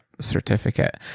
certificate